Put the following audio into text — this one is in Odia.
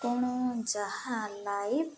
କ'ଣ ଯାହା ଲାଇଭ୍